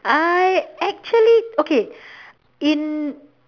I actually okay in